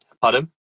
Pardon